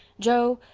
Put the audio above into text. joe,